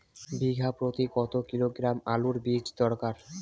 বিঘা প্রতি কত কিলোগ্রাম আলুর বীজ দরকার?